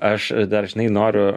aš dar žinai noriu